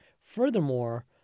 Furthermore